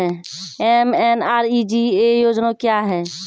MNREGA योजना क्या हैं?